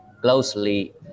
closely